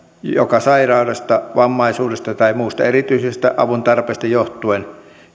joka sairaudesta vammaisuudesta tai muusta erityisestä avun tarpeesta johtuen